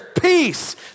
peace